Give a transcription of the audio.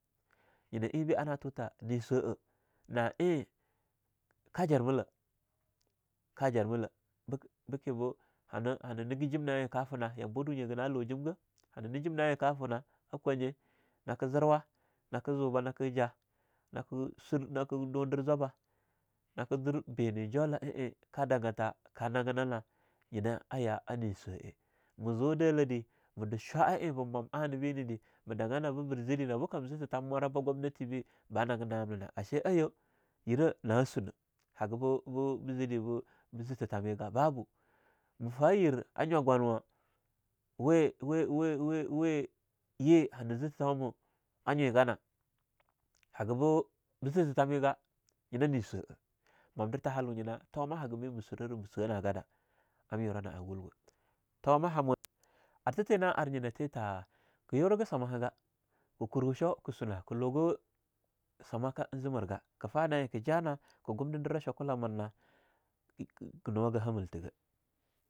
Nyina einbe ana tuta nah swa'ah na eing ka jarmilah, ka jar milah, beke bo hanah nigejin na eing ka fenah, yabahwa dunyi hagah nan lujimgah hanah nigejim na eing ka fah na a kwanye naka zirwa naka zu banake jah nake sur nake dundir zwabah, nake zir be ne jolah ah eing ka dagah ta ka nagenah nah, nyinah a yah a ne swa'a. Ma zu Dalahde, ma du shwa'a eing ba mwam anah be na deh, ma dangana be bir ziri nabe kam zee thetham mwaraba gwamnati bah nagin nahamna na achi aiyo, yirah na'a sunah haga bo bo be zee deh bo zee thethamyagah babu mafah yir a nywa gwanwa weh..weh..weh weh..weh [repeatition] ye hana zee thethauma a nyweganah, haga bu zee tethamyegah nyinah nee swa'ah, mwamdirtha halu nyinah thomah haga me ma surahrah ma swah na gadah am yurah na'a wulwah thomah... Ar tha tee na ar nyinah teta ke yuragah samahaga keh kurwa shoo kesuna ke lugah samahaka eing zee mirga ke fah na eing kah jana ka gumdidira shokula mirna kh-kh- ka nuwaga hamiltha gah.